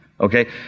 Okay